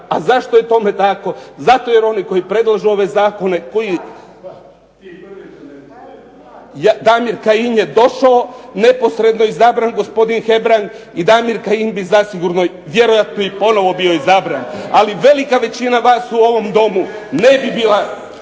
A zašto je tome tako? Zato jer oni koji predlažu ove zakone koji. Damir Kajin je došao neposredno izabran, gospodin Hebrang i Damir Kajin bi zasigurno vjerojatno i ponovno bio izabran. Ali velika većina vas u ovom Domu ne bi bila